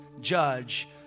judge